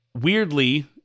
weirdly